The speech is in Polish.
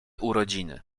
urodziny